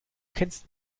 kennst